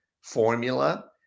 formula